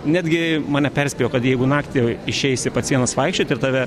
netgi mane perspėjo kad jeigu naktį išeisi pats vienas vaikščiot ir tave